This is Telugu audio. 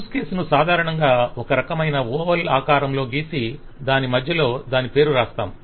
యూజ్ కేసు ను సాధారణంగా ఒక రకమైన ఓవల్ ఆకారంలో గీసి మధ్యలో దాని పేరు రాస్తాము